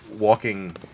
walking